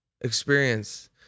experience